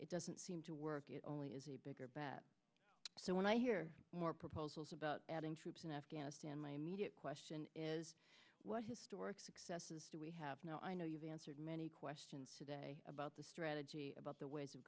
it doesn't seem to work it only is a bigger bat so when i hear more proposals about adding troops in afghanistan my immediate question is what historic successes do we have now i know you've answered many questions today about the strategy about the ways of